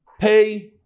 Pay